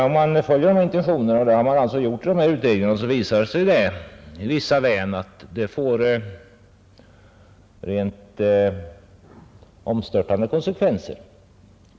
Om man följer de intentionerna — och det har man gjort i de nämnda planerna — får det i vissa län rent omstörtande konsekvenser.